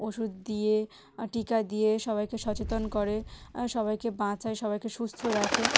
ওষুধ দিয়ে টিকা দিয়ে সবাইকে সচেতন করে সবাইকে বাঁচায় সবাইকে সুস্থ রাখে